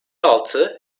altı